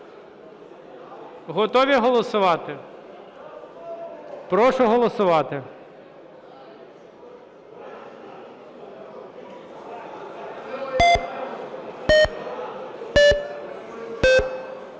Готові голосувати? Прошу голосувати.